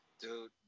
Dude